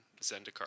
zendikar